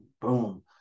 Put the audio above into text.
Boom